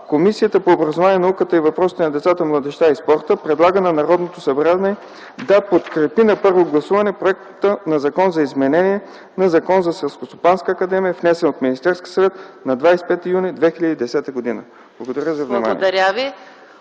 Комисията по образованието, науката и въпросите на децата, младежта и спорта предлага на Народното събрание да подкрепи на първо гласуване проекта на Закон за изменение на Закона за Селскостопанската академия, внесен от Министерския съвет на 25 юни 2010 г.” Благодаря ви за вниманието.